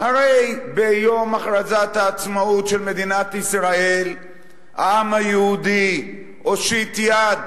הרי ביום הכרזת העצמאות של מדינת ישראל העם היהודי הושיט יד,